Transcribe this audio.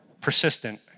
persistent